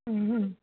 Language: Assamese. ও